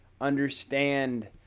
understand